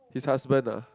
his husband ah